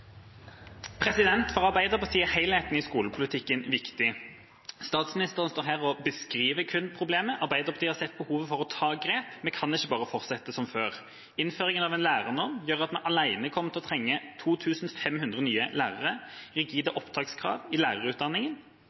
For Arbeiderpartiet er helheten i skolepolitikken viktig. Statsministeren står her og kun beskriver problemet. Arbeiderpartiet har sett behovet for å ta grep. Vi kan ikke bare fortsette som før. Innføringen av en lærernorm gjør at vi alene kommer til å trenge 2 500 nye lærere. Rigide opptakskrav i